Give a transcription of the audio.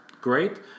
great